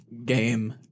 game